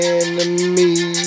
enemy